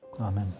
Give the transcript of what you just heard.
Amen